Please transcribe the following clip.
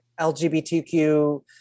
LGBTQ